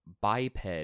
biped